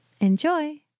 Enjoy